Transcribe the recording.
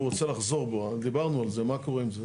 והוא רוצה לחזור בו, דיברנו על זה, מה קורה עם זה?